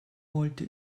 wollte